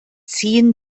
ziehen